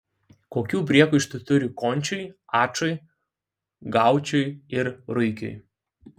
kokių priekaištų turi končiui ačui gaučui ir ruikiui